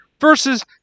versus